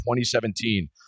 2017